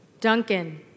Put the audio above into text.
Duncan